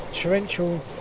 torrential